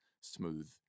smooth